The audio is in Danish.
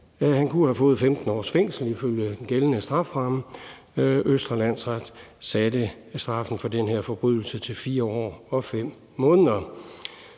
Han kunne have fået 15 års fængsel ifølge den gældende strafferamme. Østre Landsret fastsatte straffen for den her forbrydelse til 4 år og 5 måneder.